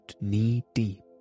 knee-deep